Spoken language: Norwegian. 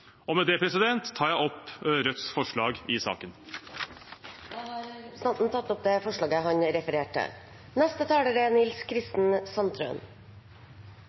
Med det tar jeg opp Rødts forslag i saken. Representanten Bjørnar Moxnes har tatt opp forslaget han refererte til.